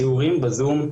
שיעורים ב-זום,